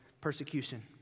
persecution